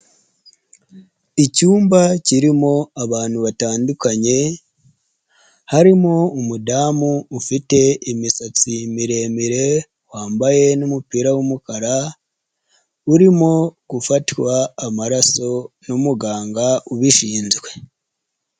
Icyumba kirimo abantu batandukanye, harimo umudamu ufite imisatsi miremire, wambaye n'umupira w'umukara, urimo gufatwa amaraso n'umuganga ubishinzwe.